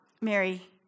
Mary